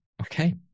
Okay